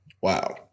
wow